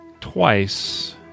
twice